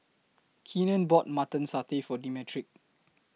Keenen bought Mutton Satay For Demetric